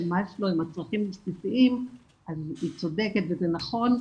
מאסלו עם הצרכים הבסיסיים היא צודקת וזה נכון,